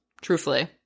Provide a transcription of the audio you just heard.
Truthfully